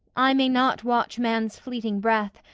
i may not watch man's fleeting breath,